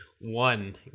one